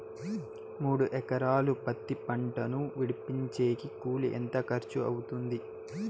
మూడు ఎకరాలు పత్తి పంటను విడిపించేకి కూలి ఎంత ఖర్చు అవుతుంది?